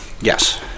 Yes